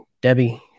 Debbie